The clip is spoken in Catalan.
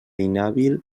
inhàbil